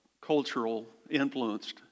cultural-influenced